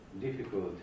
difficult